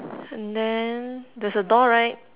and then there's a door right